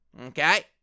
Okay